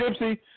Gypsy